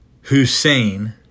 Hussein